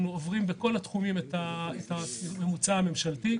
עוברים בכל התחומים את הממוצע הממשלתי.